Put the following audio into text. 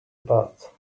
bath